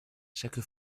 chaque